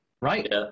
Right